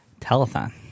Telethon